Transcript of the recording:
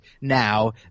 now